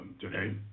today